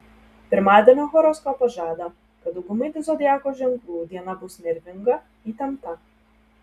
pirmadienio horoskopas žada jog daugumai zodiakų ženklų diena bus nervinga įtempta